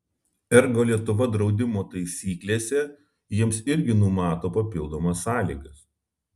ergo lietuva draudimo taisyklėse jiems irgi numato papildomas sąlygas